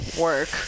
work